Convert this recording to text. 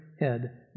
head